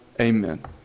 amen